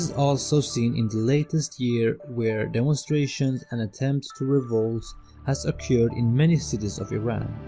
also seen in the latest year where demonstrations and attempts to revolt has occurred in many cities of iran